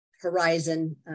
horizon